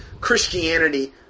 Christianity